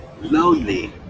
lonely